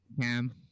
Cam